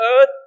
earth